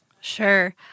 Sure